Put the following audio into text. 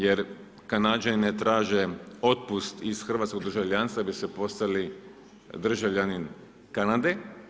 Jer Kanađani ne traže otpust iz hrvatskog državljanstva, da biste postali državljanin Kanade.